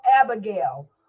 abigail